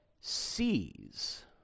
sees